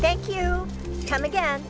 thank you come again